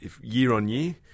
year-on-year